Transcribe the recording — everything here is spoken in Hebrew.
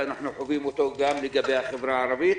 אנחנו חווים אותו גם לגבי החברה הערבית,